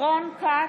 רון כץ,